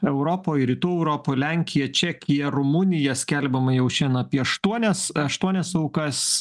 europoj rytų europoj lenkija čekija rumunija skelbiama jau šian apie aštuonias aštuonias aukas